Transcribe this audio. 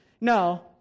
No